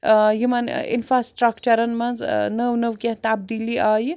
ٲں یِمن ٲں انفرٛاسکٹرچَرن منٛز ٲں نٔو نٔو کیٚنٛہہ تبدیٖلی آیہِ